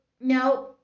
no